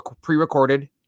pre-recorded